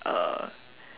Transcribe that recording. uh